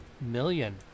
million